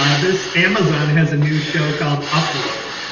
um this amazon has a new show called upload,